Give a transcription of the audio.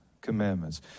commandments